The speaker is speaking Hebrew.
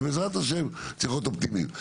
ובעזרת השם צריך להיות אופטימיים.